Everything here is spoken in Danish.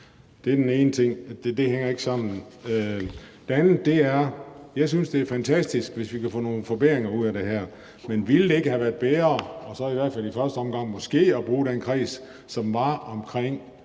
Det er den ene ting. Det hænger ikke sammen. Det andet er, at jeg synes, det er fantastisk, hvis vi kan få nogle forbedringer ud af det her. Men ville det ikke have været bedre i hvert fald i første omgang måske at bruge den kreds, som var omkring